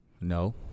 No